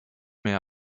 mehr